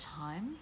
times